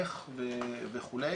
איך וכו'.